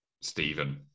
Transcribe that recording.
Stephen